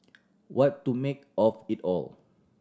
what to make of it all